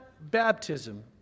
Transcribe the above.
baptism